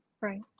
Right